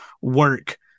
work